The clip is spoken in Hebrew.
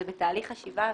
זה בתהליך חשיבה.